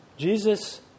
Jesus